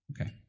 Okay